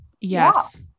Yes